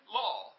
law